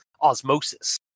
osmosis